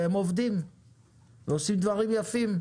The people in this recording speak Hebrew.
הם עובדים ועושים דברים יפים.